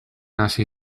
hasi